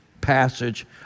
passage